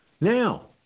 Now